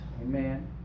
Amen